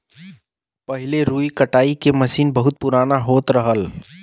पहिले रुई कटाई के मसीन बहुत पुराना होत रहल